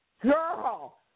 Girl